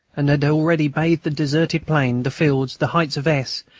and had already bathed the deserted plain, the fields, the heights of s,